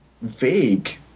vague